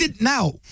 Now